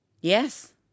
Yes